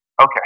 okay